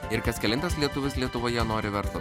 ir kas kelintas lietuvis lietuvoje nori verslo